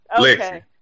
Okay